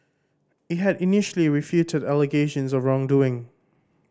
it had initially refuted allegations of wrongdoing